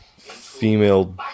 female